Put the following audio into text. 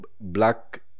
black